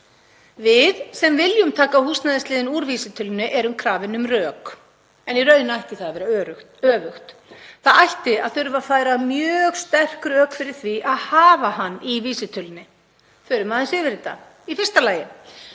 Við sem viljum taka húsnæðisliðinn úr vísitölunni erum krafin um rök en í raun ætti það að vera öfugt. Það ætti að þurfa að færa mjög sterk rök fyrir því að hafa hann í vísitölunni. Förum aðeins yfir þetta. Í fyrsta lagi